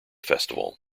festival